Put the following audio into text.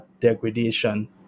degradation